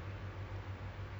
it's really long ah